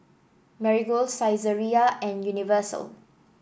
Marigold Saizeriya and Universal